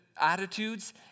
attitudes